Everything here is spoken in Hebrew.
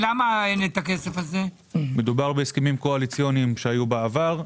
מדובר בהסכמים קואליציוניים שהיו בעבר.